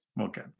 Okay